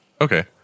okay